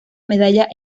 medalla